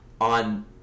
on